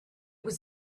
was